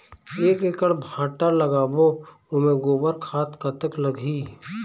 एक एकड़ भांटा लगाबो ओमे गोबर खाद कतक लगही?